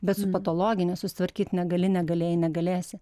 bet su patologine susitvarkyt negali negalėjai negalėsi